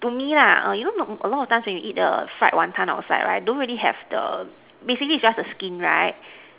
to me lah you know a lot of times you eat the fried wanton outside right basically it's just the skin right